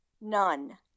none